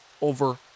over